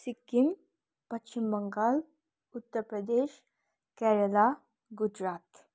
Sikkim Paschim Bangal Uttar Pradesh Kerala Gujarat